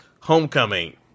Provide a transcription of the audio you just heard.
homecoming